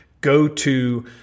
go-to